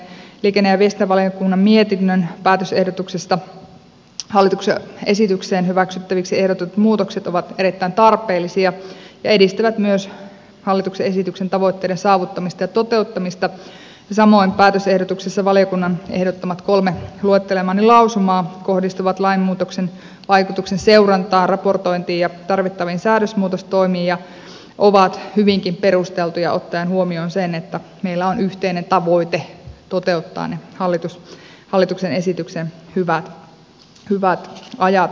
liikenne ja viestintävaliokunnan mietinnön päätösehdotuksesta hallituksen esitykseen hyväksyttäviksi ehdotetut muutokset ovat erittäin tarpeellisia ja edistävät myös hallituksen esityksen tavoitteiden saavuttamista ja toteuttamista ja samoin päätösehdotuksessa valiokunnan ehdottamat kolme luettelemaani lausumaa kohdistuvat lainmuutoksen vaikutuksien seurantaan raportointiin ja tarvittaviin säädösmuutostoimiin ja ovat hyvinkin perusteltuja ottaen huomioon se että meillä on yhteinen tavoite toteuttaa ne hallituksen esityksen hyvät ajatukset